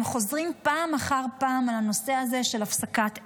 הם חוזרים פעם אחר פעם על הנושא הזה של הפסקת אש,